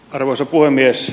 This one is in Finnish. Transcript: arvoisa puhemies